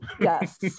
Yes